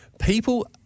People